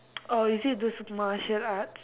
orh is it those Martial arts